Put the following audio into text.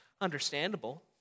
understandable